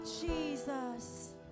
jesus